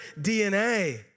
DNA